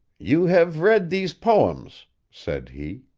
you have read these poems said he.